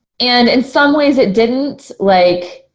and in some ways it didn't. like,